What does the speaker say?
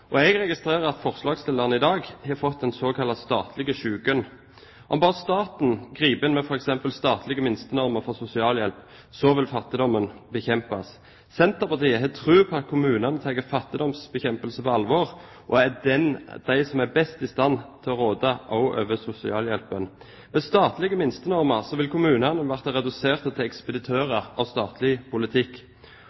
Jeg registrerer at forslagsstillerne i dag har fått den såkalte statlige syken: Om bare staten griper inn med f.eks. statlige minstenormer for sosialhjelp, vil fattigdommen bekjempes. Senterpartiet har tro på at kommunene tar fattigdomsbekjempelse på alvor og er de som er best i stand til å råde også over sosialhjelpen. Med statlige minstenormer vil kommunene bli redusert til ekspeditører av